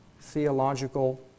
theological